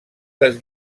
les